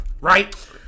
right